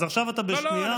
אז עכשיו אתה בשנייה.